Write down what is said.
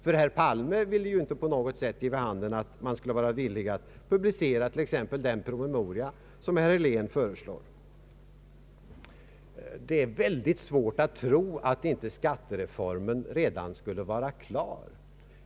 Herr Palme ville ju inte på något sätt ge vid handen att man skulle vara villig att publicera t.ex. den promemoria som herr Helén föreslår. Det är väldigt svårt att tro att inte skattereformen redan skulle vara utformad.